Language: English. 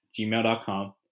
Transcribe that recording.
gmail.com